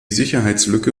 sicherheitslücke